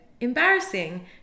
embarrassing